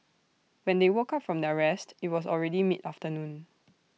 when they woke up from their rest IT was already mid afternoon